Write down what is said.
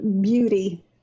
beauty